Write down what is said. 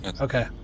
Okay